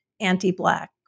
anti-Black